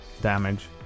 damage